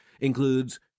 includes